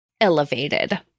elevated